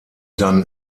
dann